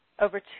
over